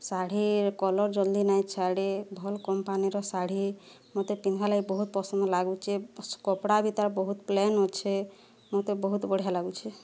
ଶାଢ଼ୀର୍ colour ଜଲ୍ଦି ନାଇଁ ଛାଡ଼େ ଭଲ୍ କମ୍ପାନୀର ଶାଢ଼ୀ ମତେ ପିନ୍ଧବାର୍ ଲାଗି ବହୁତ ପସନ୍ଦ ଲାଗୁଛେ କପଡ଼ା ବି ତାର୍ ବହୁତ ପ୍ଲେନ ଅଛେ ମତେ ବହୁତ ବଢ଼ିଆ ଲାଗୁଛେ